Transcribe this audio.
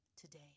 today